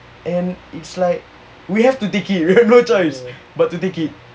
and it's like we have to take it we have no choice but to take it